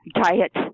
diet